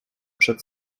przed